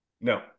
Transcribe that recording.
No